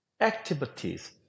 activities